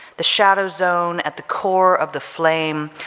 the shadow zone at the core of the flame,